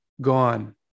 gone